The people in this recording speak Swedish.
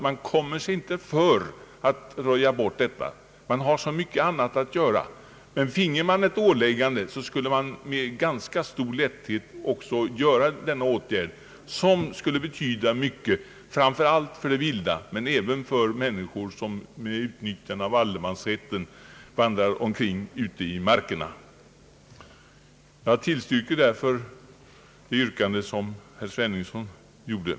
Man kommer sig inte för att röja bort taggtråden — man har mycket annat att göra — men finge man ett åläg gande skulle man ganska lätt ta bort taggtråden, vilket skulle betyda mycket framför allt för viltet, men även för människor som med utnyttjande av allemansrätten vandrar omkring ute i markerna. Jag instämmer därför i det anförande som herr Sveningsson har hållit.